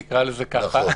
נקרא לזה ככה,